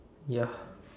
ya